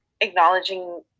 acknowledging